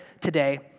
today